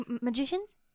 magicians